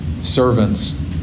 servants